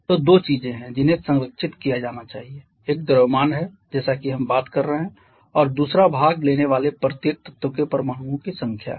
तो दो चीजें हैं जिन्हें संरक्षित किया जाना चाहिए एक द्रव्यमान है जैसा कि हम बात कर रहे हैं और दूसरा भाग लेने वाले प्रत्येक तत्व के परमाणुओं की संख्या है